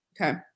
Okay